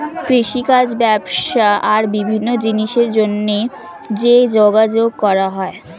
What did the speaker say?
কৃষিকাজ, ব্যবসা আর বিভিন্ন জিনিসের জন্যে যে যোগাযোগ করা হয়